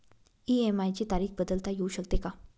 EMI ची तारीख बदलता येऊ शकते का?